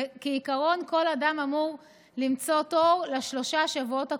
ועקרונית כל אדם אמור למצוא תור לשלושת השבועות הקרובים.